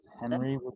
Henry